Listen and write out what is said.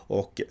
och